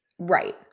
Right